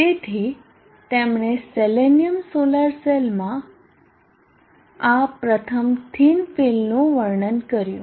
તેથી તેમણે selenium solar સેલમાં આ પ્રથમ થીન ફિલનું વર્ણન કર્યું